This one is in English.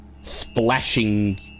splashing